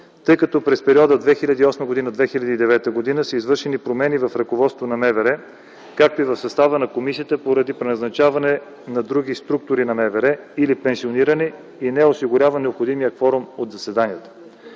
тъй като през периода 2008-2009 г. са извършени промени в ръководството на МВР, както и в състава на комисията поради преназначаване в други структури на МВР или пенсиониране и неосигуряване на необходимия кворум от заседанията.